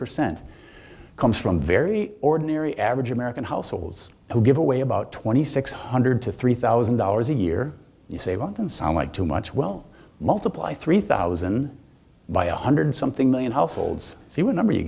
percent comes from very ordinary average american households who give away about twenty six hundred to three thousand dollars a year you say want and somewhat too much well multiply three thousand by a hundred something million households see what number you